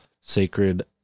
Sacred